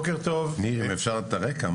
ניר אפשר את הרקע.